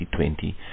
2020